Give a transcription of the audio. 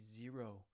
zero